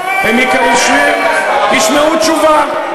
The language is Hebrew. הם ישמעו תשובה.